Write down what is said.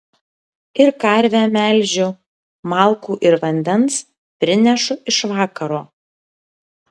ir karvę melžiu malkų ir vandens prinešu iš vakaro